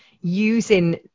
using